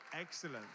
Excellent